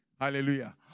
Hallelujah